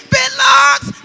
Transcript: belongs